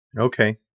Okay